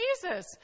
Jesus